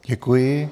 Děkuji.